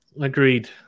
Agreed